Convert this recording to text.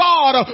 God